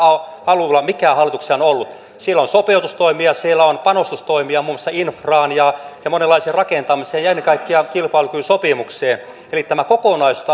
avulla mikä hallituksella on ollut siellä on sopeutustoimia siellä on panostustoimia muun muassa infraan ja ja monenlaiseen rakentamiseen ja ja ennen kaikkea kilpailukykysopimukseen eli tämä kokonaisuus